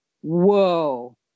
whoa